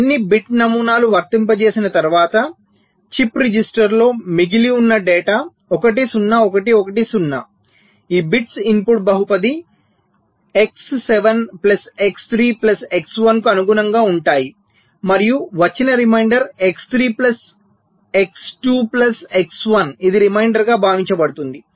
కాబట్టి అన్ని బిట్ నమూనాలు వర్తింపజేసిన తరువాత చిప్ రిజిస్టర్లో మిగిలి ఉన్న డేటా 1 0 1 1 0 ఈ బిట్స్ ఇన్పుట్ బహుపది X 7 plus X 3 plus X 1 కు అనుగుణంగా ఉంటాయి మరియు వచ్చిన remainder X 3 plus x 2 plus x 1 ఇది రిమైండర్ గా భావించబడుతుంది